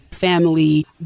family